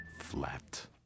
flat